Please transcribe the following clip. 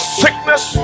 sickness